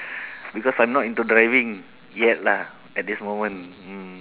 because I'm not into driving yet lah at this moment mm